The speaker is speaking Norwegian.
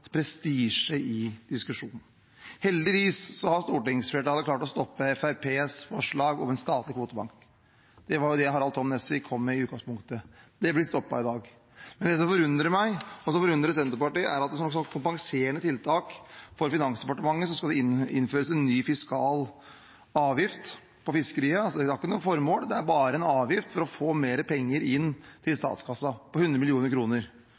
prestisje i diskusjonen. Heldigvis har stortingsflertallet klart å stoppe Fremskrittspartiets forslag om en statlig kvotebank. Det var det Harald T. Nesvik kom med i utgangspunktet, det blir stoppet i dag. Det som forundrer meg, og som forundrer Senterpartiet, er at det som kompenserende tiltak for Finansdepartementet skal innføres en ny fiskal avgift på fiskeriene. Det har ikke noe formål, det er bare en avgift for å få mer penger inn til statskassen, 100